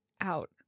out